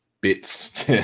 bits